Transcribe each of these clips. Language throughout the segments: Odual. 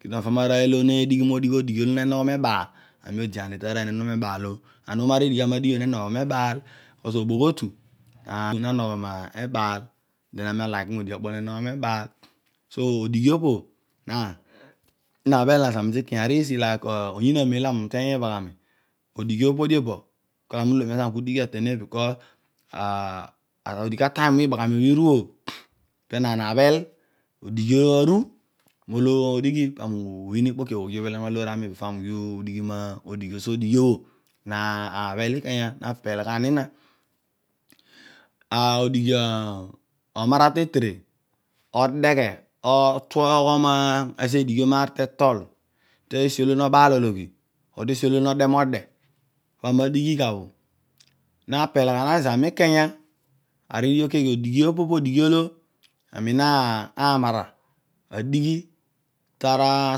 Kir nova merosy or dighi meolishi olo na nogho mebaol ami odiani tarboy obho newoghe mehaal obho and omo arii dighi obho ami ne dighi obbu ne nogho ghe mebaal bcos obogh oto no nogho metinal den moi dishi okpo olo nu nogho mebaal, so odigh opo bhe na abdel na zami tikonya arisi hike oysin akmen alo game litery ibaghami. odigar dpe bhe die be kel aiku leghen lo aterne bees à auigh atada opo blo ibaghami osho iru obhe peenaan abhel odighs atu how edigh panvas uthin króki obho ugbi ubbelen loor ami b for amu eigh digh ma fighi abhe, so odigh obhabhe na bhel na pel gha na odighi amara tetere coeghe otuoghomezo edighomarr te tol te esi olo nebaal eleghi or te esilo node mode̱ bha mi na dighi gha bho na pel gha ni, zami mikanya araar obho lidigui laeghe odighi opo tho po dighi olo jami mara adigh, ta ra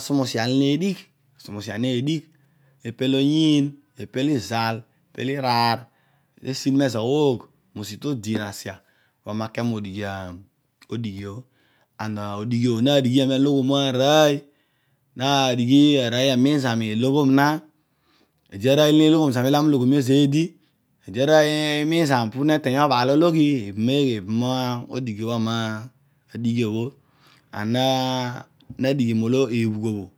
saimusia ilo nedigh. sumusia needigh apel oyiin, apel zal, epel traar te esi ni mezo bho oogh mo ose to diin asia bhos ami make mo dighi odigh obho and odigh: obho ma dighi am aloghomuan rooy nadigha arooy emiin zami aloghom na ede arowy olo neeloghom zami olo. ami orloghom io zeedi, ede arooy miin zami pu ne leny obaalo loghi ebum eghe. ebum odighi ami na dighi obbo, ami na digh molo ebhugh obho.